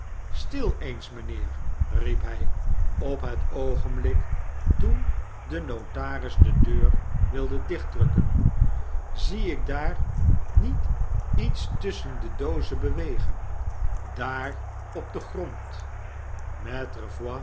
stil eens mynheer riep hy op het oogenblik toen de notaris de deur wilde dichtdrukken zie ik daar niet iets tusschen de doozen bewegen daar op den grond